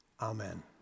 Amen